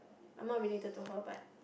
I'm not related to her but